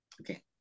okay